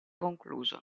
concluso